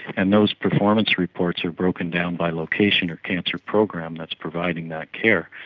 and those performance reports are broken down by location or cancer program that's providing that care.